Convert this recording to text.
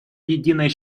единый